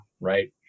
right